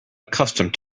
accustomed